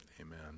Amen